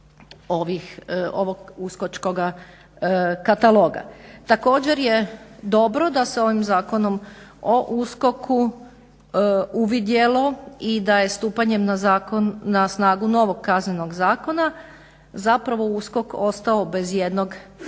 ovog uskočkoga kataloga. Također je dobro da se ovim Zakonom o USKOK-u uvidjelo i da je stupanjem na snagu novog Kaznenog zakona zapravo USKOK ostao bez jednog važnog